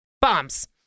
bombs